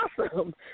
awesome